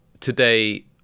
today